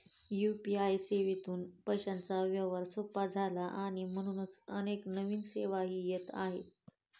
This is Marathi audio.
यू.पी.आय सेवेतून पैशांचा व्यवहार सोपा झाला आणि म्हणूनच अनेक नवीन सेवाही येत आहेत